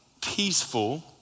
peaceful